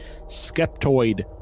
skeptoid